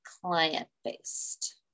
client-based